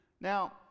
Now